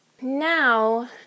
Now